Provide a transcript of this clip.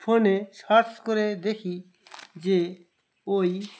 ফোনে সার্চ করে দেখি যে ওই